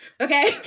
Okay